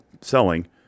selling